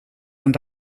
und